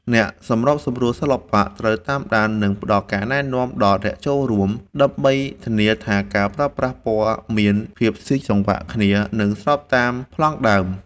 អ្នកសម្របសម្រួលសិល្បៈត្រូវតាមដាន និងផ្ដល់ការណែនាំដល់អ្នកចូលរួម ដើម្បីធានាថាការប្រើប្រាស់ពណ៌មានភាពស៊ីសង្វាក់គ្នា និងស្របតាមប្លង់ដើម។